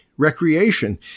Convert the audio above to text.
recreation